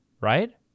Right